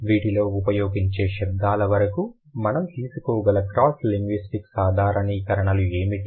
వీటిలో ఉపయోగించే శబ్దాల వరకు మనం తీసుకోగల క్రాస్ లింగ్విస్టిక్ సాధారణీకరణలు ఏమిటి